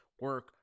Work